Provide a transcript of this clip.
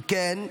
אם כן,